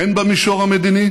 הן במישור המדיני